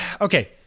Okay